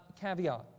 caveat